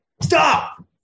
Stop